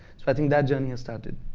so i think that journey has started.